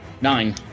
Nine